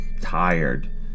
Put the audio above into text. tired